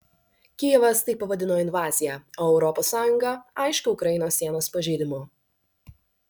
kijevas tai pavadino invazija o europos sąjunga aiškiu ukrainos sienos pažeidimu